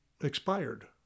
expired